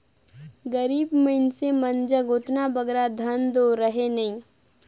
गरीब मइनसे मन जग ओतना बगरा धन दो रहें नई